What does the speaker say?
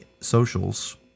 socials